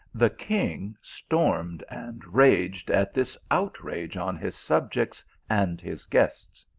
the king stormed and raged at this outrage on his sub jects and his guests.